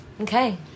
Okay